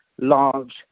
large